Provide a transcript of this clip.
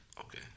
Okay